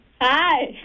Hi